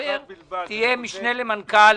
שתדבר תהיה המשנה למנכ"ל